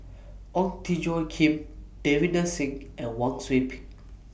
Ong Tjoe Kim Davinder Singh and Wang Sui Pick